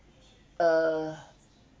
err